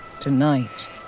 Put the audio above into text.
Tonight